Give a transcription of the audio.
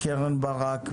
קרן ברק,